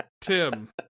Tim